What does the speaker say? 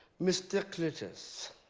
mister cletus,